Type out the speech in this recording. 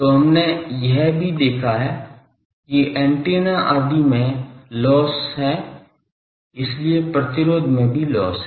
तो हमने यह भी देखा है कि एंटीना आदि में लॉस हैं इसलिए प्रतिरोध में भी लॉस है